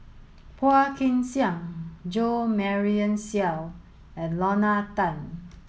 Phua Kin Siang Jo Marion Seow and Lorna Tan